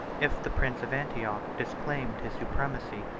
if the prince of antioch disclaimed his supremacy,